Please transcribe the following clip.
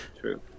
True